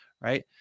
right